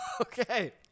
Okay